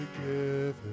together